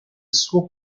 suo